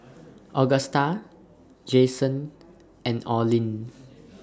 Agusta Jayson and Orlin